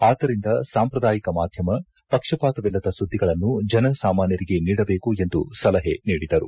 ಆದ್ದರಿಂದ ಸಾಂಪ್ರದಾಯಿಕ ಮಾಧ್ಯಮ ಪಕ್ಷಪಾತವಿಲ್ಲದ ಸುದ್ದಿಗಳನ್ನು ಜನಸಾಮಾನ್ಯರಿಗೆ ನೀಡಬೇಕು ಎಂದು ಸಲಹೆ ನೀಡಿದರು